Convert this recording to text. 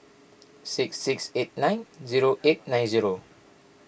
six six eight nine zero eight nine zero